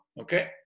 Okay